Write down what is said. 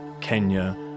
Kenya